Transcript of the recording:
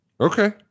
Okay